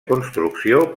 construcció